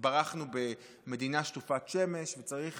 התברכנו במדינה שטופת שמש, וצריך